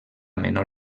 menor